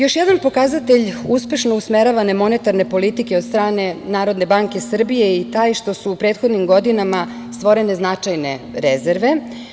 Još jedan pokazatelj uspešno usmeravane monetarne politike od strane NBS je taj što su u prethodnim godinama stvorene značajne rezerve.